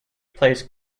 plays